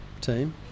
team